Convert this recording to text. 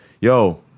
yo